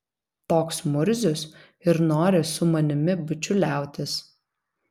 toks murzius ir nori su manimi bičiuliautis